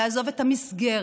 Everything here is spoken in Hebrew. לעזוב את המסגרת,